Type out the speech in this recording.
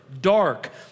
dark